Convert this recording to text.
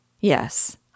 Yes